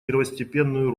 первостепенную